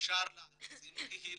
אפשר להציל קהילה?